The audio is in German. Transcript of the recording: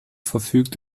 verfügt